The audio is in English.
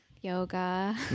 yoga